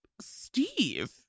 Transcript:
steve